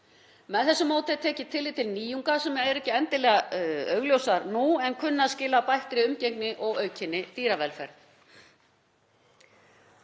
Með þessu móti er tekið tillit til nýjunga sem ekki eru endilega augljósar nú en kunna að skila bættri umgengni og aukinni dýravelferð.